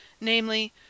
namely